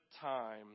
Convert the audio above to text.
time